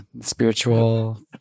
spiritual